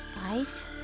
guys